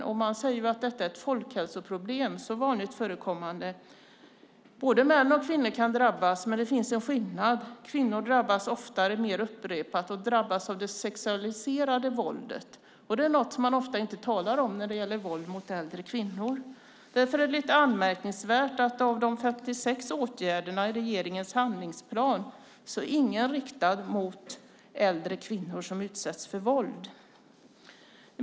Man säger att detta är ett folkhälsoproblem som är vanligt förekommande. Både män och kvinnor kan drabbas, men det finns skillnader: Kvinnor drabbas oftare mer upprepat, och de drabbas av det sexualiserade våldet. Det är något som man ofta inte talar om när det gäller våld mot äldre kvinnor. Därför är det lite anmärkningsvärt att ingen av de 56 åtgärderna i regeringens handlingsplan är riktad mot äldre kvinnor som utsätts för våld.